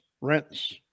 rinse